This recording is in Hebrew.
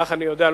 כך אני יודע,